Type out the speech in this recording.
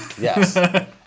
yes